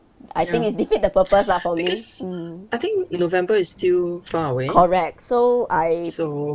I think it defeat the purpose lah for me mm correct so I